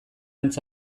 antz